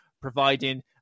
providing